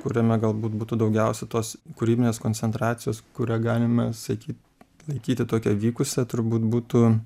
kuriame galbūt būtų daugiausia tos kūrybinės koncentracijos kuria galime sakyt laikyti tokia vykusia turbūt būtų